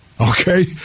Okay